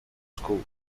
school